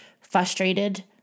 frustrated